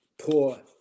poor